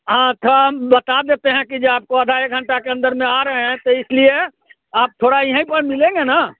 हाँ थ हम बता देते हैं कि जो आपको अधा एक घंटा के अन्दर में आ रहे हैं तो इसलिए आप थोड़ा यहीं पर मिलेंगे ना